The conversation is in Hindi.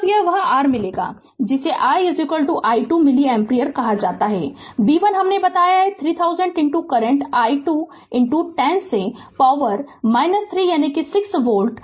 Refer Slide Time 3258 तो अब वह r मिलेगा जिसे i i 2 मिली एम्पीयर कहा है b 1 हमने बताया कि 3000 करंट i 2 10 से पावर 3 यानि 6 वोल्ट